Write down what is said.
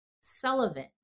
Sullivan